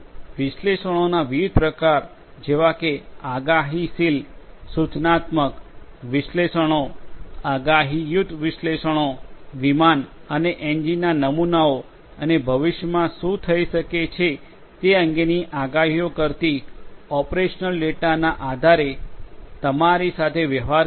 વિશ્લેષણોના વિવિધ પ્રકાર જેવા કે આગાહીશીલ સૂચનાત્મક વિશ્લેષણો આગાહીયુક્ત વિશ્લેષણો વિમાન અને એન્જિનના નમૂનાઓ અને ભવિષ્યમાં શું થઈ શકે છે તે અંગેની આગાહી કરતી ઓપરેશનલ ડેટાના આધારે તમારી સાથે વ્યવહાર કરે છે